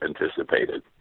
anticipated